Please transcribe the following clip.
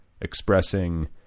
expressing